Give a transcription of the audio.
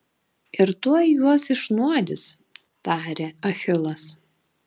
ir tuoj juos išnuodys tarė achilas